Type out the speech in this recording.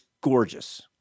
gorgeous